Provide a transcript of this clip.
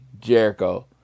Jericho